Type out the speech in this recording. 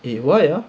eh why ah